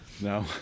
No